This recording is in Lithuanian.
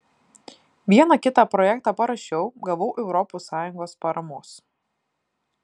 vieną kitą projektą parašiau gavau europos sąjungos paramos